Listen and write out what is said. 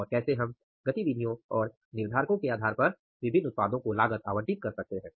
और कैसे हम गतिविधियों और निर्धारको के आधार पर विभिन्न उत्पादों को लागत आवंटित कर सकते हैं